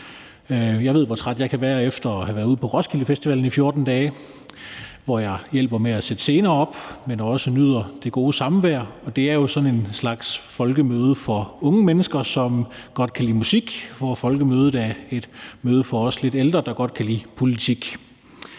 Jeg ved, hvor træt jeg kan være efter at have været ude på Roskilde Festival i 14 dage, hvor jeg hjælper med at sætte scener op, men også nyder det gode samvær. Det er jo sådan en slags folkemøde for unge mennesker, som godt kan lide musik, mens folkemødet er et møde for os lidt ældre, der godt kan lide politik.